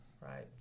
right